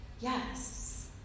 yes